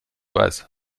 weiß